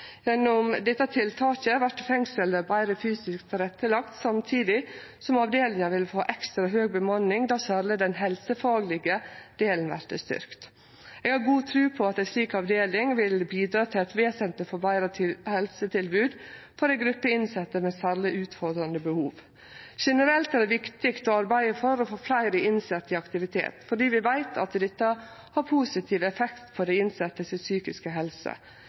Gjennom dette tiltaket vert fengslet betre fysisk tilrettelagt, samtidig som avdelinga vil få ekstra høg bemanning då særleg den helsefaglege delen vert styrkt. Eg har god tru på at ei slik avdeling vil bidra til eit vesentleg forbetra helsetilbod for ei gruppe innsette med særleg utfordrande behov. Generelt er det viktig å arbeide for å få fleire innsette i aktivitet, fordi vi veit at dette har positiv effekt på den psykiske helsa til dei innsette.